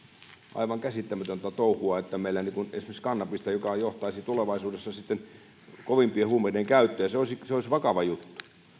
aivan käsittämätöntä touhua että meillä kannatetaan esimerkiksi kannabista joka johtaisi tulevaisuudessa sitten kovempien huumeiden käyttöön ja se olisi se olisi vakava juttu